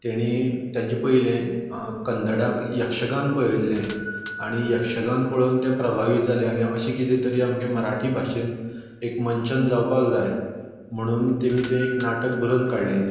तेणी तेजें पयलें कन्नडाक यक्षगान पळयल्लें आनी यक्षगान पळोवन ते प्रभावीत जाले आनी अशें कितें तरी आमगेलें मराठी भाशेन एक मंचन जावपाक जाय म्हणून तेणीन तें एक नाटक बरोवन काडलें